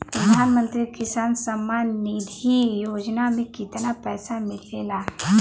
प्रधान मंत्री किसान सम्मान निधि योजना में कितना पैसा मिलेला?